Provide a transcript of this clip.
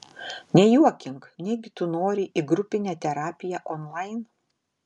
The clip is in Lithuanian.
nejuokink negi tu nori į grupinę terapiją onlain